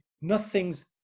Nothing's